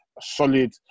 solid